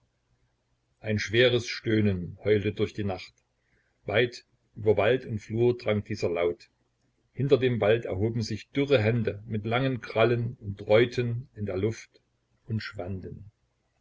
ein schweres stöhnen heulte durch die nacht weit über wald und flur drang dieser laut hinter dem wald erhoben sich dürre hände mit langen krallen und dräuten in der luft und schwanden